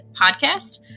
Podcast